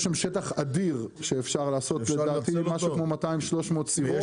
יש שם שטח אדיר שאפשר לעשות לדעתי משהו כמו 300-200 סירות.